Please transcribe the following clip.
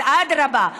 אז אדרבה,